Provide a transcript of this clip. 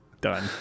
Done